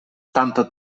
tanto